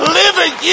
living